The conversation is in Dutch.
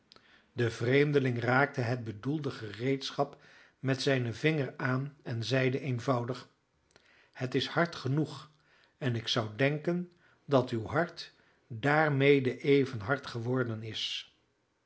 de vreemdeling raakte het bedoelde gereedschap met zijnen vinger aan en zeide eenvoudig het is hard genoeg en ik zou denken dat uw hart daarmede even hard geworden is